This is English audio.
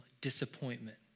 disappointment